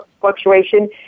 fluctuation